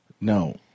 No